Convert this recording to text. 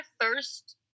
first